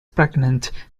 pregnant